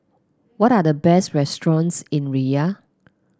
what are the best restaurants in Riyadh